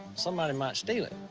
somebody might steal it.